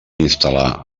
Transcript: instal·lar